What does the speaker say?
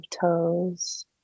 toes